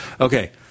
Okay